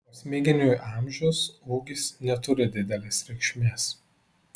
o smiginiui amžius ūgis neturi didelės reikšmės